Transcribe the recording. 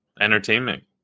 entertainment